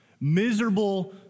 Miserable